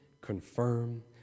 confirm